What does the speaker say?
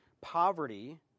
poverty